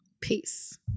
Peace